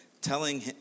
telling